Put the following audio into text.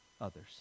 others